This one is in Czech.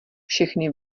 všechny